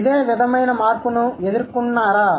ఇదే విధమైన మార్పును ఎదుర్కొన్నారా